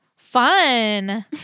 Fun